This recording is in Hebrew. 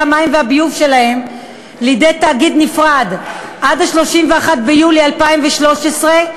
המים והביוב שלהן לידי תאגיד נפרד עד ל-31 ביולי 2013,